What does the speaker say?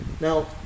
now